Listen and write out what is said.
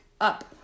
up